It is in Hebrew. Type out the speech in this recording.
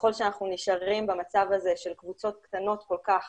ככל שאנחנו נשארים במצב הזה של קבוצות קטנות כל כך